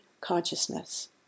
consciousness